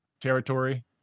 territory